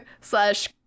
slash